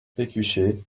pécuchet